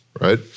right